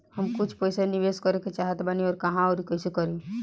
हम कुछ पइसा निवेश करे के चाहत बानी और कहाँअउर कइसे करी?